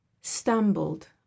stumbled